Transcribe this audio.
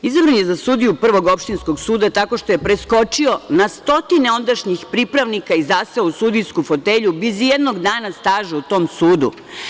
Izabran je za sudiju Prvog opštinskog suda tako što je preskočio na stotine ondašnjih pripravnika i zaseo u sudijsku fotelju bez i jednog dana staža u tom sudu.